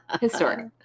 historic